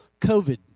COVID